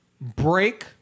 break